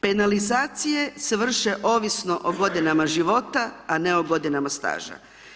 Penalizacije se vrše ovisno o godinama života, a ne o godinama staža.